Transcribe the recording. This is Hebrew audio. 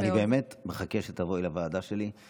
אני באמת מחכה שתבואי לוועדה שלי.